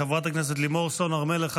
חברת הכנסת לימור סון הר מלך,